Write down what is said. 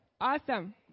Awesome